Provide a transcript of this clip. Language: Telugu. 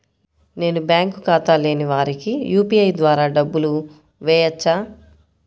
నేను బ్యాంక్ ఖాతా లేని వారికి యూ.పీ.ఐ ద్వారా డబ్బులు వేయచ్చా?